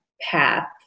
path